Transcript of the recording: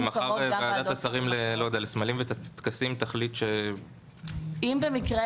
אם מחר ועדת השרים לסמלים וטקסים תחליט ש --- אם במקרה